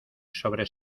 sobre